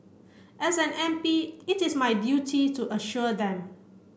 as an M P it is my duty to assure them